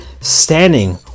standing